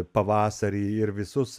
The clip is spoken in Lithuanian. pavasarį ir visus